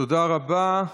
תודה רבה.